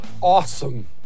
Awesome